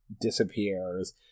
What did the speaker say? disappears